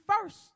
first